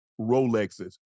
Rolexes